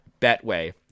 Betway